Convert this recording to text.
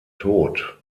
tot